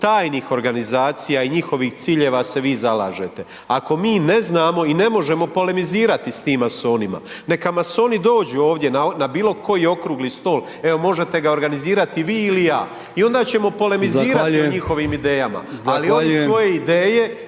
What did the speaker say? tajnih organizacija i njihovih ciljeva se vi zalažete. Ako mi ne znamo i ne možemo polemizirati s tim masonima, neka masoni dođu ovdje na bilokoji okrugli stol, evo možete ga organizirati vi ili ja i onda ćemo polemizirati … …/Upadica Brkić: Zahvaljujem./… … o njihovim idejama